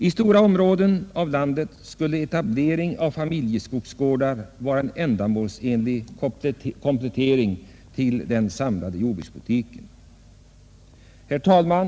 I stora områden av landet skulle möjlighet till etablering av familjeskogsgårdar vara en ändamålsenlig komplettering till den samlade jordbrukspolitiken. Herr talman!